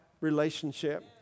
relationship